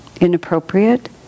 inappropriate